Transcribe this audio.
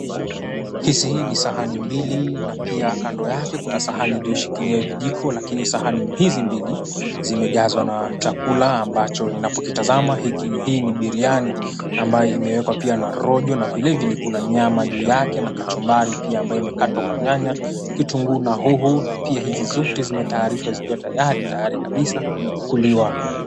Hizi ni sahani mbili na pia kando yake kuna sahani iliyoshikilia vijiko lakini sahani hizi mbili zimejazwa na chakula ambacho ninapokitazama hiki, hii ni biriani ambayo imeekwa pia na rojo na vilevile kuna nyama juu yake na kachumbari pia ambayo imekatwa kwa nyanya, kitunguu na hoho na pia hizi zote zimetayarishwa zikiwa tayari, tayari kabisa kuliwa.